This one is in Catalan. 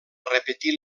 repetir